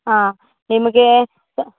ಹಾಂ ನಿಮಗೆ ಪ